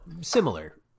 similar